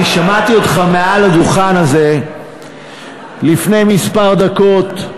אני שמעתי אותך מעל הדוכן הזה לפני כמה דקות,